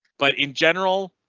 but in general,